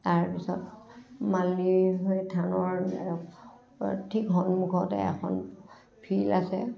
তাৰ পিছত মালিনী থানৰ ঠিক সন্মুখতে এখন ফিল আছে